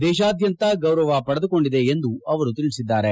ದೇಶಾದ್ಯಂತ ಗೌರವ ಪಡೆದುಕೊಂಡಿದೆ ಎಂದು ಅವರು ತಿಳಿಸಿದ್ದಾರೆ